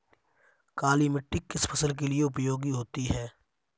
काली मिट्टी किस फसल के लिए उपयोगी होती है?